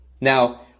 Now